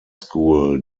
school